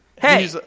Hey